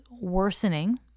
worsening